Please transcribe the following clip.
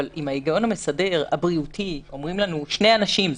אבל אם ההיגיון המסדר הבריאותי הוא שאומרים לנו שני אנשים,